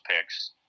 picks